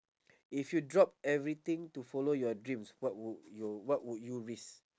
if you drop everything to follow your dreams what would you what would you risk